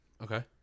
Okay